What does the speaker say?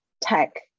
tech